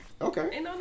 Okay